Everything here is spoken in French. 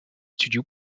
studios